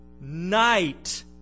Night